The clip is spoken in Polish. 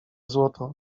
złoto